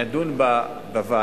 נדון בה בוועדה,